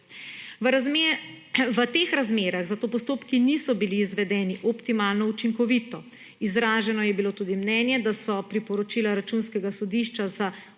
V teh razmerah zato postopki niso bili izvedeni optimalno učinkovito. Izraženo je bilo tudi mnenje, da so priporočila Računskega sodišča za ukrepanje